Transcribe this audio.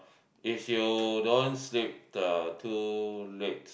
if you don't sleep the too late